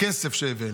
כסף שהבאנו.